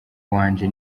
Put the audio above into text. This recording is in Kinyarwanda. wajye